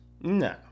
No